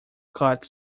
caught